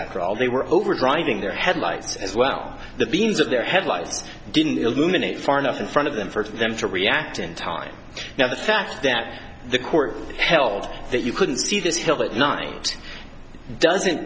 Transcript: after all they were over driving their headlights as well the beans of their headlights didn't illuminate far enough in front of them for them to react in time now the fact that the court held that you couldn't see this hill that night d